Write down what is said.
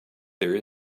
there